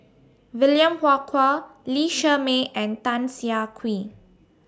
William Farquhar Lee Shermay and Tan Siah Kwee